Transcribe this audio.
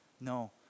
No